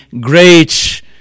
great